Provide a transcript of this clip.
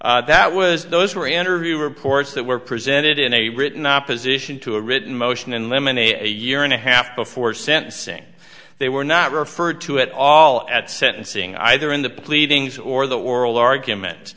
that was those were interview reports that were presented in a written opposition to a written motion in limine a year and a half before sentencing they were not referred to at all at sentencing either in the pleadings or the world argument